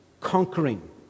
conquering